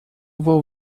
vou